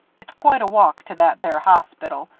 it's quite a walk to that there hospital,